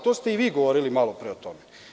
To ste i vi govorili malo pre o tome.